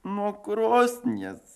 nuo krosnies